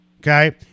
okay